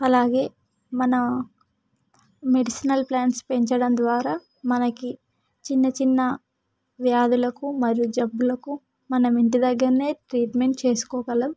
అలాగే మన medicinal plants పెంచడం ద్వారా మనకి చిన్న చిన్న వ్యాధులకు మరియు జబ్బులకు మనం ఇంటి దగ్గరనే ట్రీట్మెంట్ చేసుకోగలం